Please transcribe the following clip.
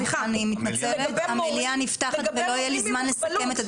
לגבי מורים עם מוגבלות,